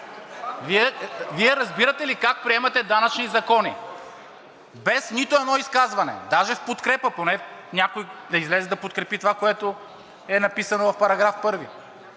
Вие разбирате ли как приемате данъчни закони – без нито едно изказване, даже в подкрепа. Поне някой да излезе да подкрепи това, което е написано в § 1.